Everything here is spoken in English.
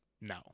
no